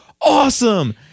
awesome